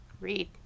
read